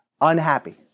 unhappy